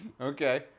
okay